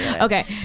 Okay